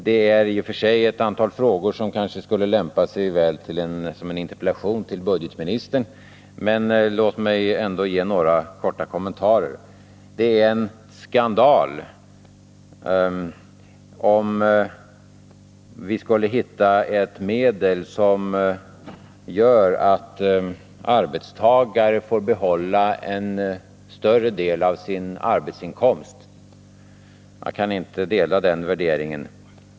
Det är i och för sig en fråga som det skulle vara lämpligt att framställa i en interpellation till budgetministern, men låt mig ändå ge några korta kommentarer. Det är en skandal om man skulle hitta ett medel som gör att arbetstagare får behålla en större del av sin arbetsinkomst, har det sagts. Jag kan inte dela den värderingen.